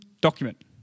document